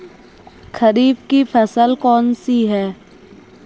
खरीफ की फसल कौन सी है?